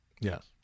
Yes